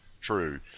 true